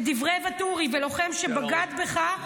ודברי ואטורי: ולוחם שבגד בך,